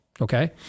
Okay